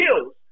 kills